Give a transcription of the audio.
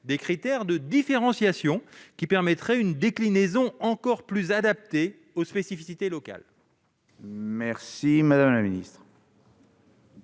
des critères de différenciation permettant une déclinaison encore plus adaptée aux spécificités locales ? La parole est